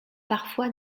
parfois